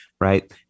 right